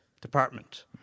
department